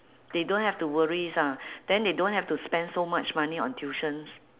they don't have to worries ah then they don't have to spend so much money on tuitions